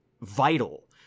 vital